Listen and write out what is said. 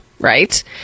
right